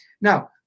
Now